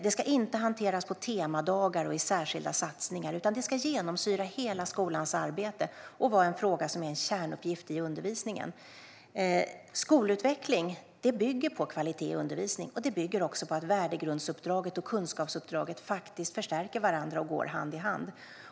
Det ska inte hanteras på temadagar och i särskilda satsningar. Det ska genomsyra hela skolans arbete och vara en fråga som är en kärnuppgift i undervisningen. Skolutveckling bygger på kvalitet i undervisning. Det bygger också på att värdegrundsuppdraget och kunskapsuppdraget förstärker varandra och går hand i hand.